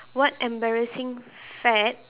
what embarrassing fad